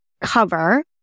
cover